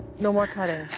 no more cutting.